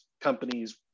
companies